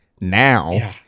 now